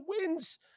wins